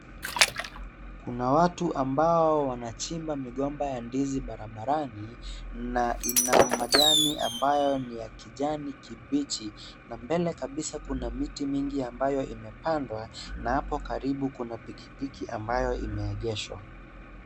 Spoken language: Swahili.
Kuna watu ambao wanachimba migomba ya ndizi barabarani, na ina majani ambayo ni ya kijani kibichi na mbele kabisa kuna miti mingi ambayo imepandwa, na hapo karibu kuna pikipiki ambayo imeegeshwa.